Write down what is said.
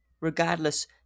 Regardless